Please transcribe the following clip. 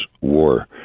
war